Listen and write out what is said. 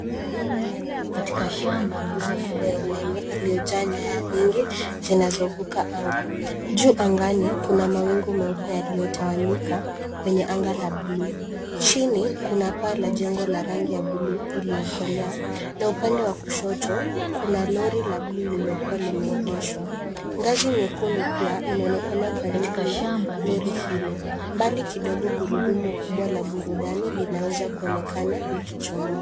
Barabarani anaonekana akiwa na nguzo kubwa ya umeme iliyojaa nyaya nyingi zinazovuka anga. Juu angani, kuna mawingu meupe yaliyotawanyika kwenye anga la bluu. Chini, kuna paa la jengo la rangi ya buluu iliyokolea na upande wa kushoto, kuna lori la bluu lilokuwa limeegeshwa. Ngazi nyekundu pia, inaonekana karibu na lori hilo. Mbali kidogo gurudumu kubwa la burudani linaweza kuonekana likichomoza.